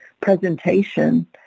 presentation